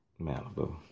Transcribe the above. Malibu